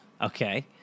okay